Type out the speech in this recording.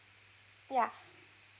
ya